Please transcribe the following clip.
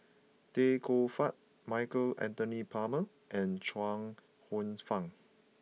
Tay Koh Yat Michael Anthony Palmer and Chuang Hsueh Fang